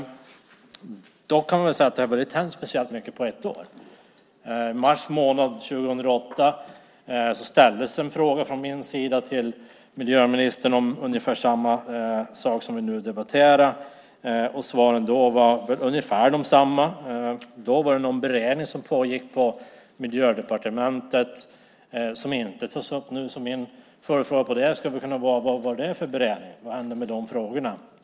Dock har det inte hänt speciellt mycket på ett år. I mars månad 2008 ställde jag en fråga till miljöministern om ungefär samma sak som vi nu debatterar. Svaren var väl ungefär desamma. Då var det någon beredning som pågick på Miljödepartementet. Min följdfråga är: Vad var det för beredning, och vad hände med de frågorna?